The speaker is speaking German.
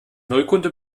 neukunde